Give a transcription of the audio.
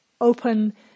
open